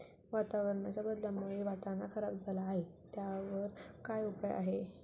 वातावरणाच्या बदलामुळे वाटाणा खराब झाला आहे त्याच्यावर काय उपाय आहे का?